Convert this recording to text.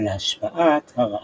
על השפעת הרעב.